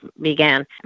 began